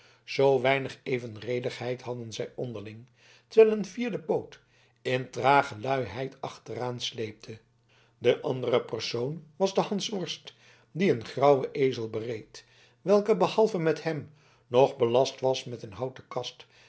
zoo weinig evenredigheid hadden zij onderling terwijl een vierde poot in trage luiheid achteraan sleepte de andere persoon was de hansworst die een grauwen ezel bereed welke behalve met hem nog belast was met een houten kast